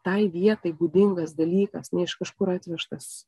tai vietai būdingas dalykas ne iš kažkur atvežtas